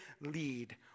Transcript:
lead